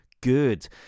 good